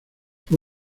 fue